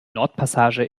nordpassage